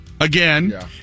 Again